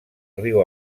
riu